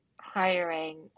hiring